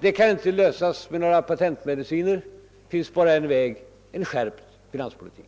lösning kan inte åstadkommas med några patentmediciner — det finns Allmänpolitisk debatt bara en väg: en skärpt finanspolitik.